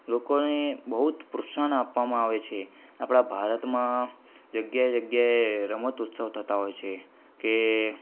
લોકોને બહુ જ પ્રોત્સાહન આપવામાં આવે છે આપણા ભારતમાં જગ્યાએ જગ્યાએ રમત ઉત્સવ થતા હોય છે કે